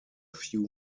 few